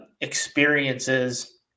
experiences